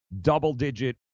double-digit